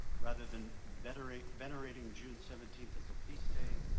rather than venerating venerating june seventeenth as a feast day,